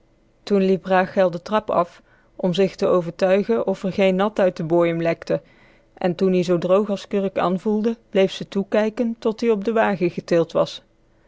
toen liep rachel de trap af om zich te overtuigen of r geen nat uit de bojem lekte en toen-ie zoo droog as kurk anvoelde bleef ze toekijken tot-ie op den wagen getild was